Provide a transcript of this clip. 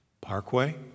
Parkway